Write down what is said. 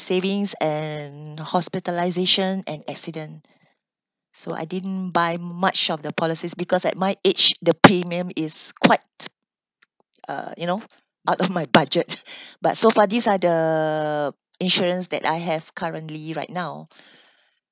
savings and hospitalisation and accident so I didn't buy much of the policies because at my age the premium is quite uh you know out of my budget but so far these are the insurance that I have currently right now